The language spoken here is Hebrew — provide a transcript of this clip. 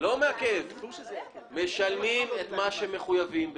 משלמים את מה שמחייבים,